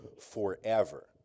forever